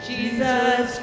Jesus